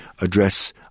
address